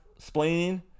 splaining